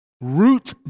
root